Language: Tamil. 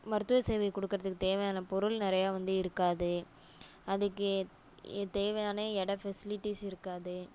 மருத்துவசேவை கொடுக்குறதுக்கு தேவையான பொருள் நிறையா வந்து இருக்காது அதுக்கு தேவையான இட ஃபெசிலிட்டிஸ் இருக்காது